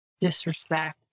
disrespect